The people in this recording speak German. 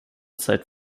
zeit